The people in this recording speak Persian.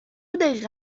دقیقه